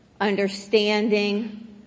understanding